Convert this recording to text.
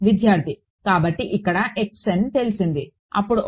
విద్యార్థి కాబట్టి ఇక్కడ తెలిసింది అప్పుడు ఒక